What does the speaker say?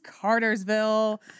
Cartersville